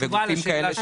תשובה לשאלה שלי.